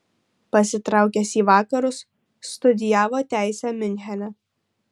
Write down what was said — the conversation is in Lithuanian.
pasitraukęs į vakarus studijavo teisę miunchene